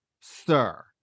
Sir